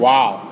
Wow